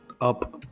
up